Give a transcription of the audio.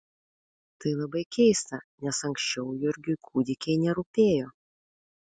tai labai keista nes anksčiau jurgiui kūdikiai nerūpėjo